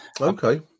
Okay